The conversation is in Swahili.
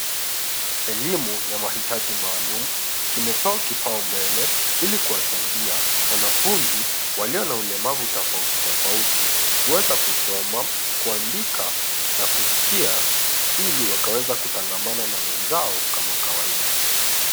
Elimu ya mahitaji maalum kimepewa kipau mbele ili kuwasaidia wanafunzi walio na ulemavu tofautitofauti kuweza kusoma, kuandika na kusikia ili wakaweze kutangamana na wenzao kama kawaida.